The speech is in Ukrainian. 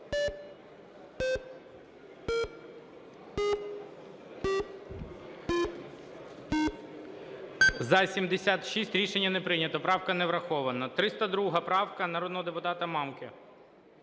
Рішення не прийнято. Правка не врахована. 302 правка народного депутата Мамки.